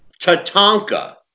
Tatanka